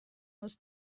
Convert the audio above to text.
was